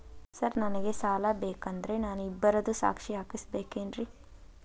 Sir ನನಗೆ ಸಾಲ ಬೇಕಂದ್ರೆ ನಾನು ಇಬ್ಬರದು ಸಾಕ್ಷಿ ಹಾಕಸಬೇಕೇನ್ರಿ?